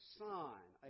sign